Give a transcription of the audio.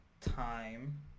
time